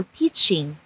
teaching